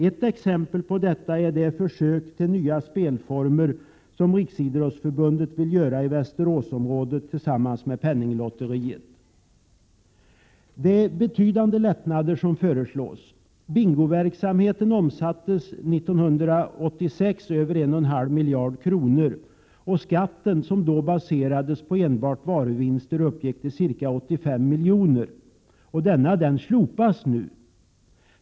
Ett exempel på detta är det försök till nya spelformer som Riksidrottsförbundet vill göra i Västeråsområdet tillsammans med Penninglotteriet. Betydande lättnader föreslås nu. Bingoverksamheten omsatte 1986 över 1,5 miljarder kronor, och skatten som då baserades på enbart varuvinster uppgick till ca 85 miljoner. Denna slopas nu.